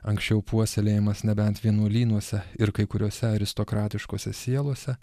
anksčiau puoselėjimas nebent vienuolynuose ir kai kuriose aristokratiškose sielose